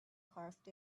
carved